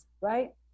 right